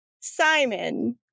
Simon